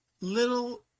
little